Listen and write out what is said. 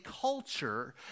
culture